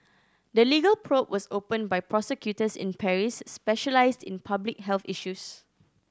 the legal probe was opened by prosecutors in Paris specialised in public health issues